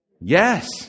Yes